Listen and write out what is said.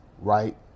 right